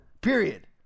period